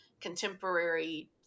contemporary